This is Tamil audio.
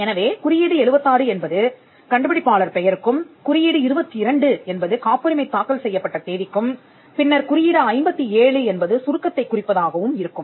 எனவே குறியீடு 76 என்பது கண்டுபிடிப்பாளர் பெயருக்கும் குறியீடு 22 என்பது காப்புரிமை தாக்கல் செய்யப்பட்ட தேதிக்கும் பின்னர் குறியீடு 57 என்பது சுருக்கத்தை குறிப்பதாகவும் இருக்கும்